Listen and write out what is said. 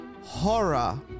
horror